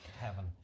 heaven